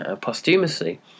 posthumously